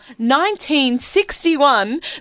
1961